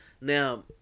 Now